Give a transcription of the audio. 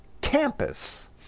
Campus